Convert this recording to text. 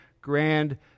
grand